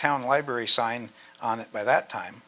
town library sign on it by that time